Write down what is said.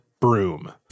broom